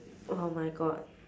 oh my god